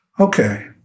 Okay